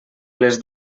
les